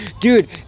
Dude